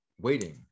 waiting